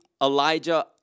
Elijah